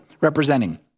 representing